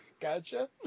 Gotcha